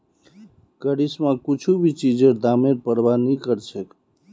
करिश्मा कुछू भी चीजेर दामेर प्रवाह नी करछेक